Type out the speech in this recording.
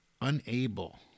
unable